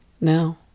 No